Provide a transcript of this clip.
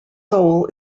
soul